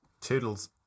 Toodles